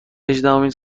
هجدهمین